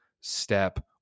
step